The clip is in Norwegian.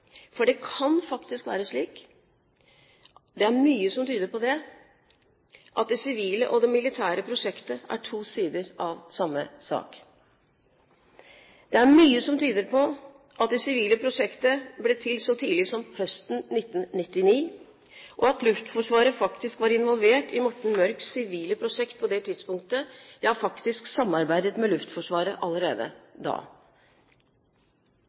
for det kan faktisk være slik – det er mye som tyder på det – at det sivile og det militære prosjektet er to sider av samme sak. Det er mye som tyder på at det sivile prosjektet ble til så tidlig som høsten 1999, og at Luftforsvaret faktisk var involvert i Morten Mørks sivile prosjekt på det tidspunktet, ja at han faktisk samarbeidet med Luftforsvaret allerede da.